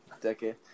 decade